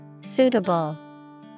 Suitable